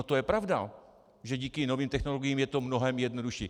To je pravda, že díky novým technologiím je to mnohem jednodušší.